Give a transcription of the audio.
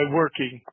working